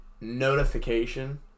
notification